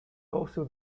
also